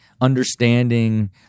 understanding